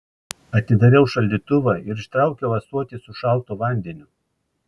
atidariau šaldytuvą ir ištraukiau ąsotį su šaltu vandeniu